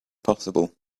possible